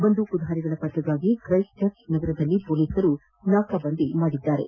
ಬಂದೂಕುಧಾರಿಗಳ ಪತ್ತೆಗಾಗಿ Christchurch ನಗರದಲ್ಲಿ ಪೊಲೀಸರು ನಾಕಾಬಂಧಿ ಮಾಡಿದ್ದಾರೆ